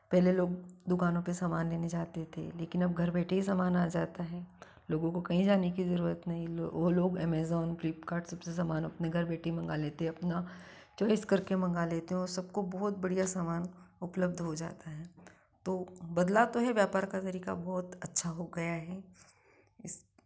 पहले लोग दुकानों पर सामान लेने जाते थे लेकिन अब घर बैठे ही सामान आ जाता है लोगों को कहीं जाने की जरूरत नहीं वो लोग अमेज़ोन फ्लिपकार्ट सबसे सामान अपने घर बेठे ही मंगा लेते हैं अपना चॉइस करके मंगा लेते हैं और सबको बहुत बढ़िया सामान उपलब्ध हो जाता है तो बदला तो है व्यापार का तरीका बहुत अच्छा हो गया है इस